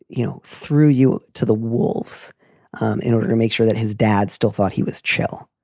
you know, threw you to the wolves in order to make sure that his dad still thought he was chill.